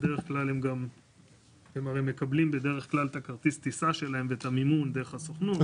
הם הרי מקבלים בדרך כלל את כרטיס הטיסה שלהם ואת המימון דרך הסוכנות.